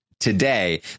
Today